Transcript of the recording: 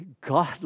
God